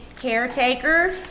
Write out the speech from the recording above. caretaker